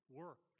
work